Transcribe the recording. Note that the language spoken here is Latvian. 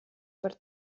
par